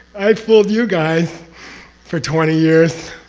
i fooled you guys for twenty years,